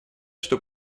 что